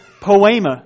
poema